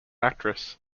actress